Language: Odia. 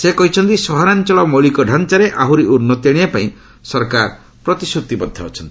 ସେ କହିଛନ୍ତି ସହରାଞ୍ଚଳ ମୌଳିକ ଡ଼ାଞ୍ଚାରେ ଆହୁରି ଉନ୍ନତି ଆଣିବା ପାଇଁ ସରକାର ପ୍ରତିଶ୍ରତିବଦ୍ଧ ଅଛନ୍ତି